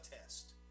test